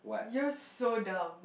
you're so dumb